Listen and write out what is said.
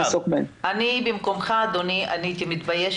איך אנחנו עדיין שומרים את מעונות היום האלה?